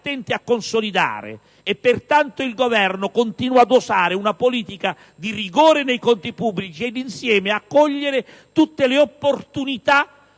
Pertanto il Governo continua a usare una politica di rigore nei conti pubblici e, allo stesso tempo, a cogliere tutte le opportunità